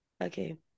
okay